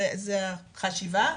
זו החשיבה,